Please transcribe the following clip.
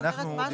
את אומרת, מה?